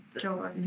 joy